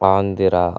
Andhra